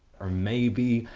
or maybe,